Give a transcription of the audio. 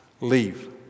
leave